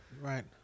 Right